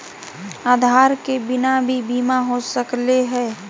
आधार के बिना भी बीमा हो सकले है?